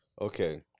Okay